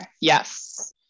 Yes